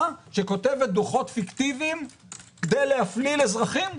שכותבת דוחות פיקטיביים כדי להפליל אזרחים?